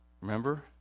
Remember